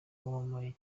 wamamaye